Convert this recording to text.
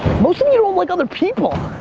most of you don't like other people.